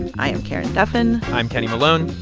i am karen duffin i'm kenny malone.